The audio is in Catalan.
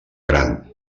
gran